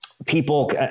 People